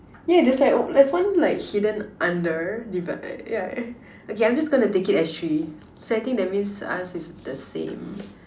yeah there's like uh there's one like hidden under yeah okay I'm just gonna take it as three so I think that means us is the same